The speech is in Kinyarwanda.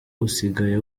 usigaye